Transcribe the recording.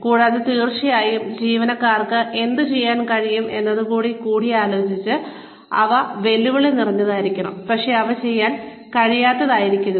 കൂടാതെ തീർച്ചയായും ജീവനക്കാർക്ക് എന്തുചെയ്യാൻ കഴിയും എന്നത് കൂടി കൂടിയാലോചിച്ച് അവ വെല്ലുവിളി നിറഞ്ഞതായിരിക്കണം പക്ഷേ അവ ചെയ്യാൻ കഴിയാത്തതായിരിക്കരുത്